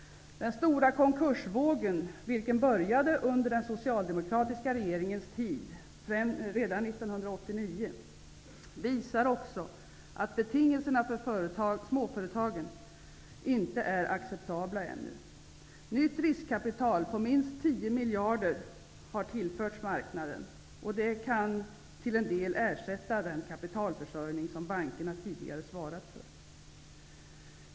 Den stora konkursvågen -- vilken började redan 1989, under den socialdemokratiska regeringens tid -- visar också att betingelserna för småföretagen ännu inte är acceptabla. Nytt riskkapital på minst 10 miljarder har tillförts marknaden, och det kan till en del ersätta den kapitalförsörjning som bankerna tidigare svarat för.